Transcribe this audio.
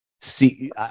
see